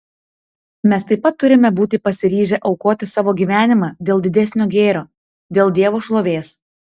mes taip pat turime būti pasiryžę aukoti savo gyvenimą dėl didesnio gėrio dėl dievo šlovės